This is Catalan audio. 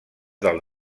del